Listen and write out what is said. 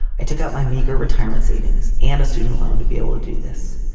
i took out my meager retirement savings and a student loan to be able to do this.